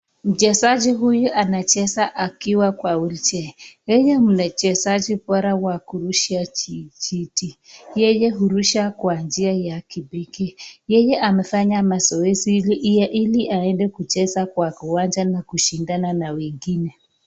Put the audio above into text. Mchezaji huyu anacheza akiwa kwa wheelchair ,yeye mchezaji bora wa kurusha kijiti. Yeye hurusha kwa njia ya kipekee, yeye amefanya mazoezi ili aende kucheza kwa kiwanja na kushindana na wengine.